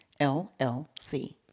LLC